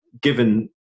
given